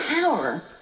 power